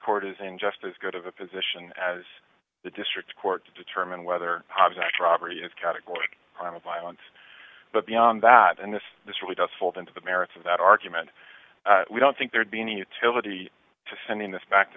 court isn't just as good of a position as the district court to determine whether object robbery is categoric crime of violence but beyond that and this this really does fold into the merits of that argument we don't think there'd be any utility to sending this back to